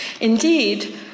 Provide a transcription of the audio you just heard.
Indeed